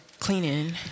Cleaning